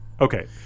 Okay